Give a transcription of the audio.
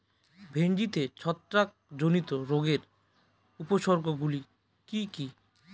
ভিন্ডিতে ছত্রাক জনিত রোগের উপসর্গ গুলি কি কী?